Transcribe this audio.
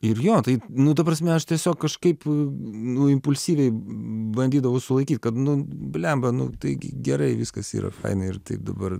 ir jo tai nu ta prasme aš tiesiog kažkaip nu impulsyviai bandydavau sulaikyt kad nu blemba nu taigi gerai viskas yra faina ir taip dabar